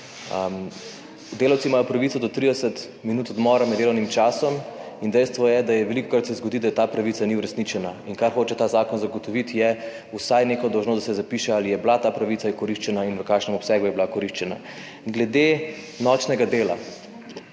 Delavci imajo pravico do 30 minut odmora med delovnim časom. In dejstvo je, da velikokrat se zgodi, da ta pravica ni uresničena. In kar hoče ta zakon zagotoviti je vsaj neko dolžnost, da se zapiše ali je bila ta pravica izkoriščena in v kakšnem obsegu je bila koriščena. Glede nočnega dela.